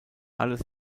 alles